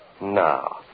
Now